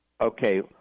okay